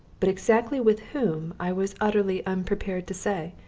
but exactly with whom i was utterly unprepared to say.